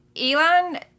Elon